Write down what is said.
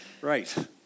Right